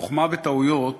החוכמה בטעויות